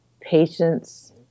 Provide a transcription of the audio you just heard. patients